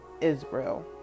israel